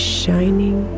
shining